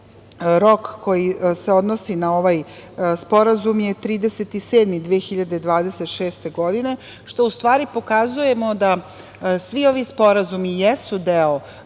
rok koji se odnosi na ovaj sporazum je 30. jul 2026. godine, što u stvari pokazuje da svi ovi sporazumi jesu deo